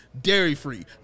dairy-free